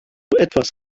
etwas